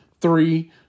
three